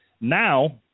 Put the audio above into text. Now